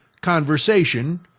conversation